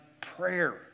prayer